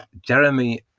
Jeremy